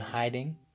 hiding